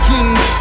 Kings